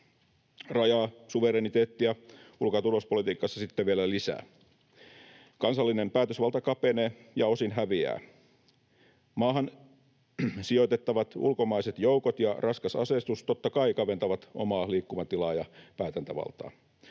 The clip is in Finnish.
rajaa suvereniteettia ulko- ja turvallisuuspolitiikassa sitten vielä lisää. Kansallinen päätösvalta kapenee ja osin häviää. Maahan sijoitettavat ulkomaiset joukot ja raskas aseistus totta kai kaventavat omaa liikkumatilaa ja päätäntävaltaa.